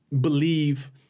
believe